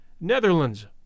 Netherlands